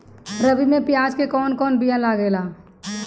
रबी में प्याज के कौन बीया लागेला?